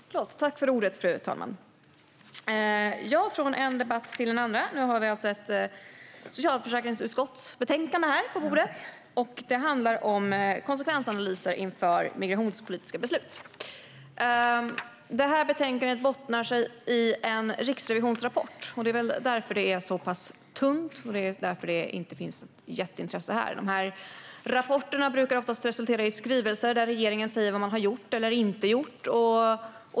Riksrevisionens rapport om konse-kvensanalyser inför migrationspolitiska beslut Fru talman! Från en debatt till nästa - nu har vi ett betänkande från socialförsäkringsutskottet på bordet, och det handlar om konsekvensanalyser inför migrationspolitiska beslut. Detta betänkande grundar sig på en rapport från Riksrevisionen, och det är väl därför det är så pass tunt och därför det inte finns något jätteintresse här. Dessa rapporter resulterar ofta i skrivelser där regeringen säger vad man har gjort eller inte gjort.